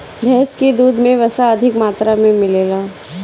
भैस के दूध में वसा अधिका मात्रा में मिलेला